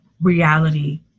reality